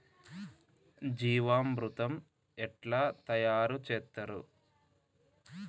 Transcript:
జీవామృతం ఎట్లా తయారు చేత్తరు?